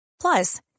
Plus